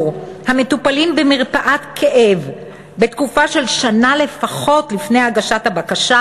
המטופלים במרפאת כאב בתקופה של שנה לפחות לפני הגשת הבקשה,